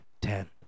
Ten